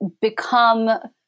become